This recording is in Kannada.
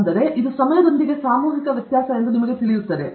ಆದ್ದರಿಂದಇದು ಸಮಯದೊಂದಿಗೆ ಸಾಮೂಹಿಕ ವ್ಯತ್ಯಾಸ ಎಂದು ನಿಮಗೆ ತಿಳಿದಿದೆ